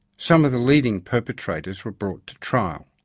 some of the leading perpetrators were brought to trial.